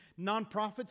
nonprofits